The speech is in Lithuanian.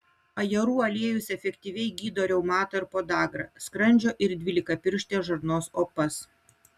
ajerų aliejus efektyviai gydo reumatą ir podagrą skrandžio ir dvylikapirštės žarnos opas